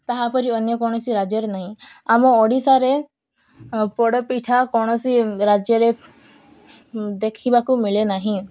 ତାହାପରି ଅନ୍ୟ କୌଣସି ରାଜ୍ୟରେ ନାହିଁ ଆମ ଓଡ଼ିଶାରେ ପୋଡ଼ପିଠା କୌଣସି ରାଜ୍ୟରେ ଦେଖିବାକୁ ମିଳେ ନାହିଁ